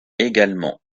également